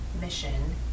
mission